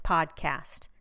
Podcast